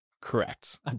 correct